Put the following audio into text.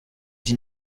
die